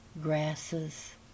grasses